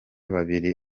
babiri